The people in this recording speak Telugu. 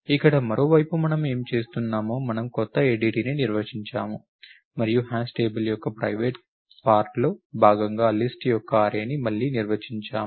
ఇక్కడ మరో వైపు మనం ఏమి చేస్తున్నామో మనము కొత్త ADTని నిర్వచించాము మరియు హాష్ టేబుల్ యొక్క ప్రైవేట్ పార్ట్లో భాగంగా లిస్ట్ యొక్క అర్రేని మళ్లీ నిర్వచించాము